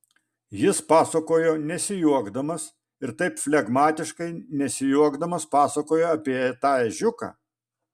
jis pasakojo nesijuokdamas ir taip flegmatiškai nesijuokdamas pasakojo apie tą ežiuką